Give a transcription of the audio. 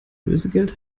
lösegeld